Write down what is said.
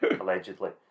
Allegedly